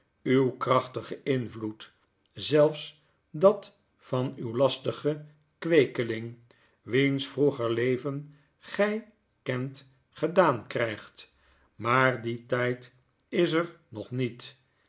uw krachtige inrioed zelfs dat van uw lastigen kweekeling wiens vroeger leven gjj kent gedaan krijgt maar die tyd is er nog met